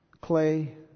Clay